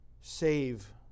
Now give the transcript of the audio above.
save